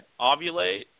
ovulate